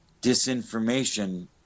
disinformation